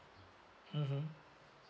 mmhmm